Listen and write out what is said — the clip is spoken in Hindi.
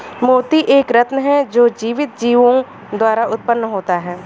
मोती एक रत्न है जो जीवित जीवों द्वारा उत्पन्न होता है